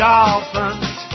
Dolphins